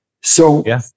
So-